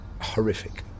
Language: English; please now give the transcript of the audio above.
horrific